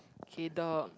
K the